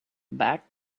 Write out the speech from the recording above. back